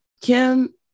Kim